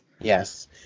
Yes